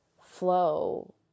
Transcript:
flow